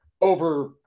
over